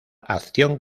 acción